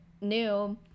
new